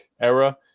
era